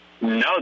No